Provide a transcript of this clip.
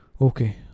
Okay